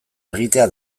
egitea